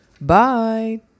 Bye